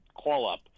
call-up